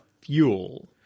fuel